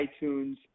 iTunes